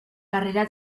carrera